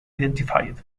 identified